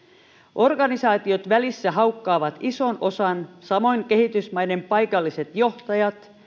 organisaatiot välissä haukkaavat ison osan samoin kehitysmaiden paikalliset johtajat